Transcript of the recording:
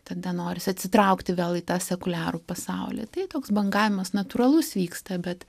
tada norisi atsitraukti vėl į tą sekuliarų pasaulį tai toks bangavimas natūralus vyksta bet